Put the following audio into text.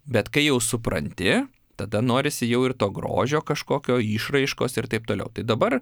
bet kai jau supranti tada norisi jau ir to grožio kažkokio išraiškos ir taip toliau tai dabar